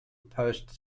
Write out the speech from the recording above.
post